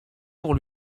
pour